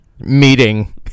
Meeting